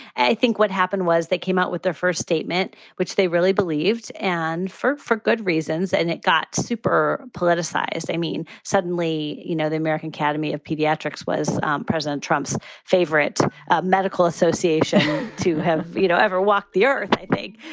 i think what happened was they came out with their first statement, which they really believed and for four good reasons, and it got super politicized. i mean, suddenly, you know, the american academy of pediatrics was president trump's favorite medical association to have veto, ever walked the earth big.